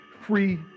free